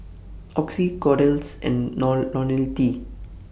Oxy Kordel's and Nor Ionil T